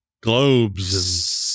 globes